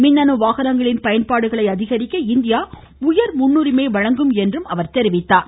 மின்னணு வாகனங்களின் பயன்பாடுகளை அதிகரிக்க இந்தியா உயர் முன்னுரிமை வழங்கும் என்றார்